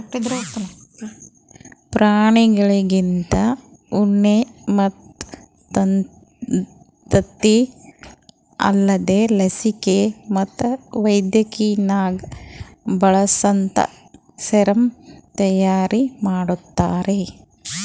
ಪ್ರಾಣಿಗೊಳ್ಲಿಂತ ಉಣ್ಣಿ ಮತ್ತ್ ತತ್ತಿ ಅಲ್ದೇ ಲಸಿಕೆ ಮತ್ತ್ ವೈದ್ಯಕಿನಾಗ್ ಬಳಸಂತಾ ಸೆರಮ್ ತೈಯಾರಿ ಮಾಡ್ತಾರ